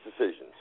decisions